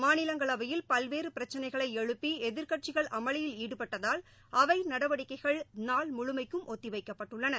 மாநிலங்களவையில் பல்வேறுபிரச்சினைகளைஎழுப்பிஎதிர்க்கட்சிகள் அமளியில் ஈடுபட்டதால் அவைநடவடிக்கைகள் நாள் முழுமைக்கும் ஒத்திவைக்கப்பட்டுள்ளன